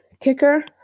kicker